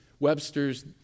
webster's